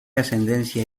ascendencia